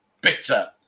Bitter